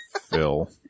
Phil